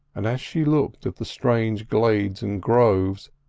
and as she looked at the strange glades and groves,